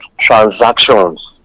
transactions